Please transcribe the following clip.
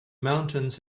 mountains